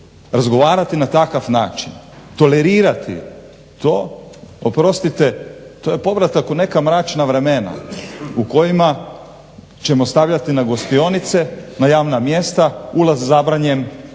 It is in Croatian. razgovarati na takav način, tolerirati to oprostite to je povratak u neka mračna vremena u kojima ćemo stavljati na gostionice, na javna mjesta ulaz zabranjen.